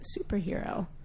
superhero